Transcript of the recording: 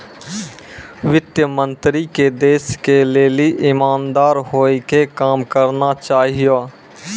वित्त मन्त्री के देश के लेली इमानदार होइ के काम करना चाहियो